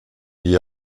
die